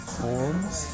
forms